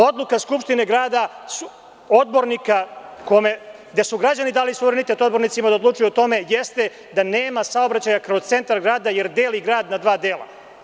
Odluka skupštine grada, odbornika gde su građani dali suverenitet odbornicima da odlučuju o tome, jeste da nema saobraćaja kroz centar grada, jer deli grad na dva dela.